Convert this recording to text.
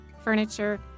furniture